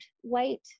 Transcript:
white